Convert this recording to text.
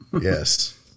Yes